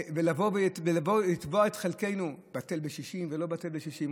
ולבוא לתבוע את חלקנו, בטל בשישים ולא בטל בשישים.